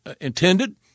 intended